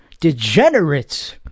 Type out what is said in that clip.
degenerates